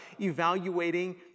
evaluating